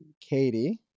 Katie